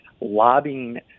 lobbying